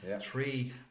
three